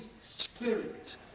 spirit